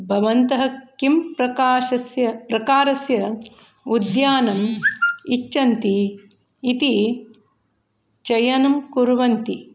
भवन्तः किं प्रकाशस्य प्रकारस्य उद्यानम् इच्छन्ति इति चयनं कुर्वन्ति